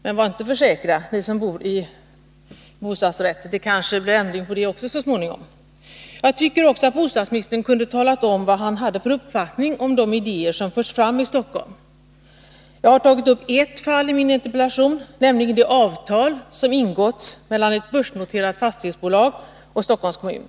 Men var inte för säkra, alla ni som redan bor i bostadsrätter! Det kanske blir en ändring i det fallet också så småningom. Jag tycker vidare att bostadsministern kunde tala om vad han har för uppfattning om de idéer som förts fram i Stockholm. Jag har tagit upp ett fall i min interpellation, nämligen det som gäller ett avtal som ingåtts mellan ett börsnoterat fastighetsbolag och Stockholms kommun.